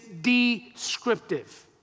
descriptive